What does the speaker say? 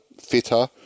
fitter